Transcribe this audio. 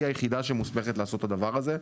היא היחידה שמוסמכת לעשות את הדבר הזה,